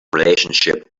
relationship